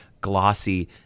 glossy